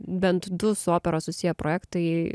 bent du su opera susiję projektai